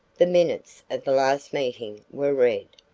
the minutes of the last meeting were read,